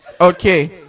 Okay